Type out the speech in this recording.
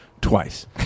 twice